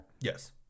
Yes